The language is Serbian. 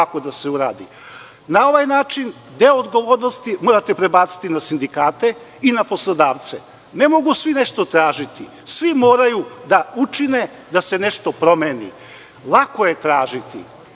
ovaj način deo odgovornosti morate prebaciti na sindikate i na poslodavce. Ne mogu svi nešto tražiti. Svi moraju da učine da se nešto promeni. Lako je tražiti,